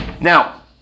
Now